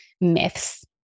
myths